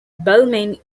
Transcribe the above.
balmain